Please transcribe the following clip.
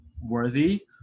worthy